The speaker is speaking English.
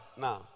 now